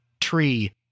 tree